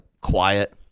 quiet